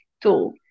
tool